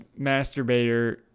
Masturbator